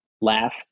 laugh